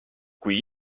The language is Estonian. kui